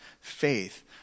faith